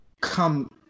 come